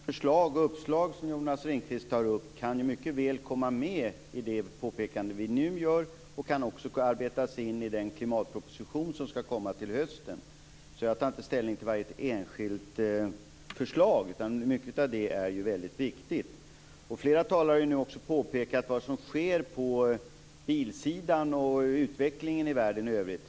Fru talman! Den rad av förslag och uppslag som Jonas Ringqvist tar upp kan mycket väl komma med i det påpekande som vi nu gör, och den kan också arbetas in i den klimatproposition som ska komma till hösten. Jag tar därför inte ställning till varje enskilt förslag, utan mycket av detta är viktigt. Flera talare har nu också påpekat vad som sker på bilsidan och i utvecklingen i världen i övrigt.